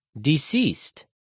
Deceased